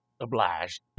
obliged